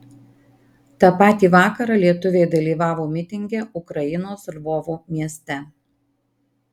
tą patį vakarą lietuviai dalyvavo mitinge ukrainos lvovo mieste